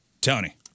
Tony